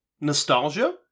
nostalgia